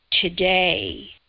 today